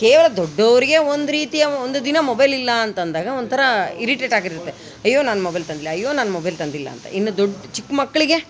ಕೇವಲ ದೊಡ್ಡೋರಿಗೆ ಒಂದು ರೀತಿಯ ಒಂದು ದಿನ ಮೊಬೈಲ್ ಇಲ್ಲ ಅಂತಂದಾಗ ಒಂಥರ ಇರಿಟೇಟ್ ಆಗಿರುತ್ತೆ ಅಯ್ಯೋ ನಾನು ಮೊಬೈಲ್ ತಂದಿಲ್ಲ ಅಯ್ಯೋ ನಾನು ಮೊಬೈಲ್ ತಂದಿಲ್ಲ ಅಂತ ಇನ್ನು ದೊಡ್ಡ ಚಿಕ್ಕ ಮಕ್ಳಿಗೆ